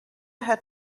had